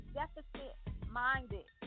deficit-minded